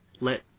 let